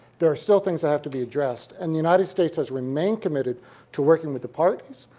there are still things that have to be addressed, and the united states has remained committed to working with the parties,